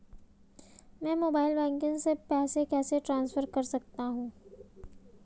मैं mobile banking से पैसे कैसे ट्रांसफर कर सकता हूं?